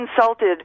insulted